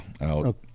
out